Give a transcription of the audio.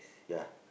ya